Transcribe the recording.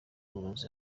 uburozi